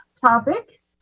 topic